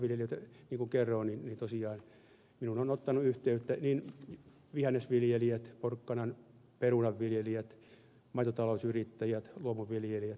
niin kuin kerroin niin minuun ovat ottaneet yhteyttä vihannes porkkanan ja perunanviljelijät maitotalousyrittäjät sekä luomuviljelijät